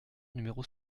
numéro